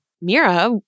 Mira